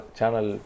channel